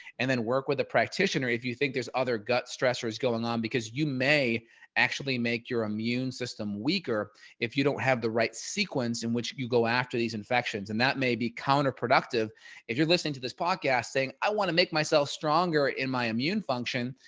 and then work with a practitioner if you think there's other gut stressors going on, um because you may actually make your immune system weaker if you don't have the right sequence in which you go after these infections, and that may be counterproductive if you're listening to this podcast saying, i want to make myself stronger in my immune function,